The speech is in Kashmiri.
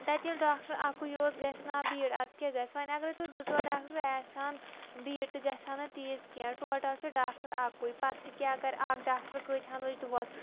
تَتہِ ییٚلہِ ڈاکٹر اَکُے اوس گژھِ نہ بھیٖڑ اَدٕ کیٛاہ گژھِ وۄنۍ اگرَے تویتہِ زٕ ژور ڈاکٹَر آسہِ ہَن بھیٖڑ تہِ گژھِ ہا نہٕ تیٖژ کینٛہہ ٹوٹَل چھِ ڈاکٹَر اَکُے پَتہٕ تہِ کیٛاہ کَرِ اَکھ ڈاکٹَر کۭتہَن وٕچھِ دۄہَس